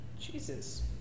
Jesus